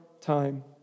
time